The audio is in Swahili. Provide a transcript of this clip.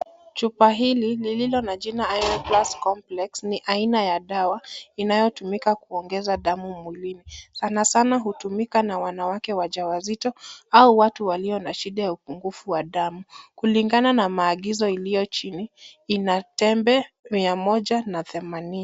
Chupa hili lililo na jina[cs ] ion plus complex [cs ] lililo na dawa inayotumika kuongeza dawa mwilini. Sana sana hutumika na wanawake waja wazito au watu walio na upungufu wa damu. Kulingana na maagizo ilio chini kuna tembe Mia moja na themanini.